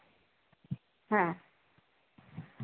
ᱦᱮᱸ